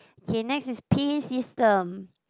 K next is P_A system